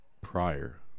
Prior